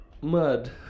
mud